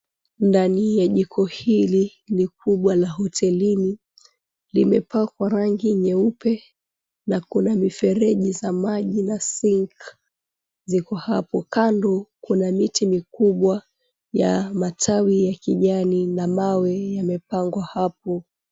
Ndani ya jiko hili kubwa la hotelini limepakwa rangi nyeupe na kuna mifereji za maji na sink ziko hapo. Kando kuna miti mikubwa ya matawi ya kijani na mawe yamepangwa hapo.